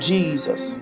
Jesus